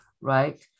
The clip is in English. right